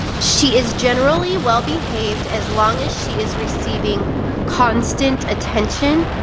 she is generally well behaved as long as she is receiving constant attention,